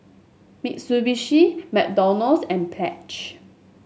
Mitsubishi McDonald's and Pledge